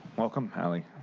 welcome, allie.